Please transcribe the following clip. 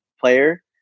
player